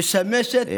משמשת דוגמה,